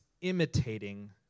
imitating